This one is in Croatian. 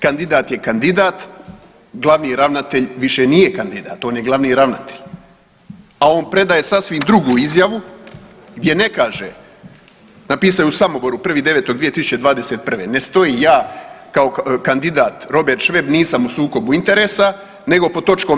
Kandidat je kandidat, glavni ravnatelj više nije kandidat, on je glavni ravnatelj, a on predaje sasvim drugu izjavu gdje ne kaže, napisao je u Samoboru, 1.9.2021., ne stoji ja kao kandidat Robert Šveb nisam u sukobu interesa, nego pod toč.